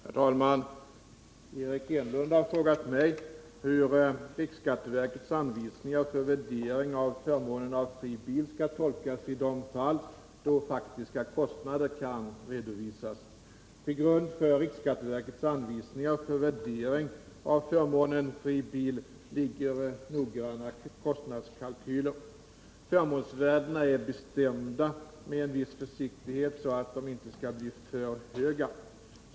Herr talman! Eric Enlund har frågat mig hur riksskatteverkets anvisningar för värdering av förmånen av fri bil skall tolkas i de fall då faktiska kostnader kan redovisas. Till grund för riksskatteverkets anvisningar för värdering av förmånen av fri bil ligger noggranna kostnadskalkyler. Förmånsvärdena är bestämda med en viss försiktighet så att de inte skall bli för höga.